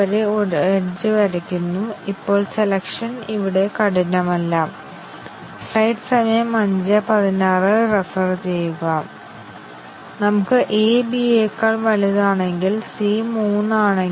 അതിനാൽ ബേസിക് കണ്ടിഷനുകളുടെ ട്രൂ മൂല്യങ്ങളുടെ സാധ്യമായ എല്ലാ കോമ്പിനേഷനുകളും പരീക്ഷിക്കുന്നതിന് ഞങ്ങൾക്ക് എട്ട് ടെസ്റ്റ് കേസുകൾ ആവശ്യമാണ് a b c എല്ലാം ശരിയാക്കി ശരി ശരി തെറ്റ് തുടങ്ങിയവ